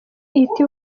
ihita